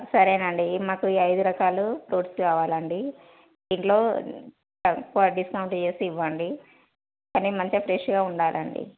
సరేనండి మాకు ఈ ఐదు రకాలు ఫ్రూట్స్ కావాలండి దీంట్లో తక్కువ డిస్కౌంట్ చేసి ఇవ్వండి కానీ మంచిగా ఫ్రెష్గా ఉండాలండి